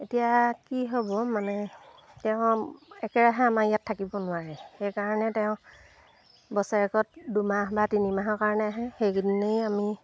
এতিয়া কি হ'ব মানে তেওঁ একেৰাহে আমাৰ ইয়াত থাকিব নোৱাৰে সেইকাৰণে তেওঁ বছৰেকত দুমাহ বা তিনিমাহৰ কাৰণে আহে সেইকেইদিনেই আমি